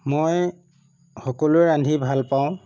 মই সকলো ৰান্ধি ভাল পাওঁ